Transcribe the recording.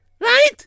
right